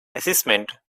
assessment